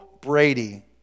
Brady